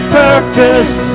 purpose